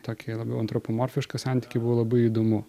tokį labiau antropomorfišką santykį buvo labai įdomu